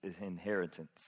inheritance